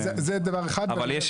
זה דבר אחד --- אבל יש,